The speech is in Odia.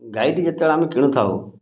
ଗାଈଟି ଯେତେବେଳେ ଆମେ କିଣିଥାଉ